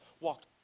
walked